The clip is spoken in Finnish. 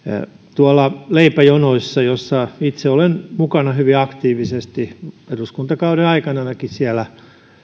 tuolla leipäjonoissa joissa itse olen mukana hyvin aktiivisesti eduskuntakauden aikanakin siellä